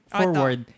forward